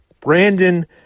Brandon